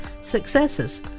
successes